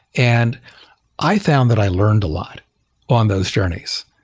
and i found that i learned a lot on those journeys.